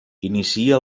inicia